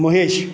Mahesh